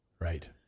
Right